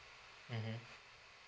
mmhmm